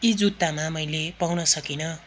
ती जुत्तामा मैले पाउन सकिनँ